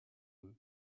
eux